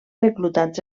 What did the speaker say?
reclutats